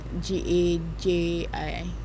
G-A-J-I